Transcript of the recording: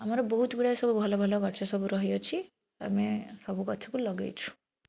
ଆମର ବହୁତ ଗୁଡ଼ାଏ ସବୁ ଭଲ ଭଲ ଗଛ ସବୁ ରହିଅଛି ଆମେ ସବୁ ଗଛକୁ ଲଗେଇଛୁ